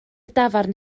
dafarn